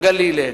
בגליל אין.